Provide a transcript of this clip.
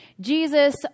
Jesus